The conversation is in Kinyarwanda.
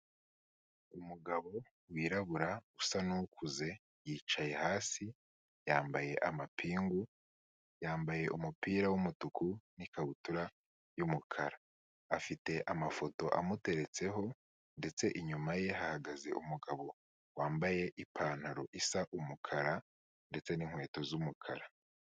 Umugabo wirabura usa n'ukuzee yicaye hasi, yambaye amapingu, yambaye umupira w'umutuku n'ikabutura y'umukara afite amafoto amuteretseho ndetse inyuma ye hahagaze umugabo wambaye ipantaro isa umukara ndetse n'inkweto z'umukara.